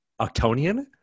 Octonian